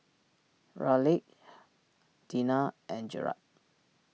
Raleigh Tina and Gerard